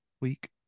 week